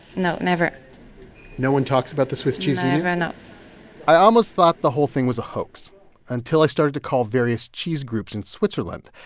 no, never no one talks about the swiss cheese union? never, no i almost thought the whole thing was a hoax until i started to call various cheese groups in switzerland,